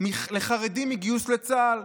לחרדים מגיוס לצה"ל,